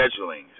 scheduling